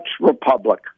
republic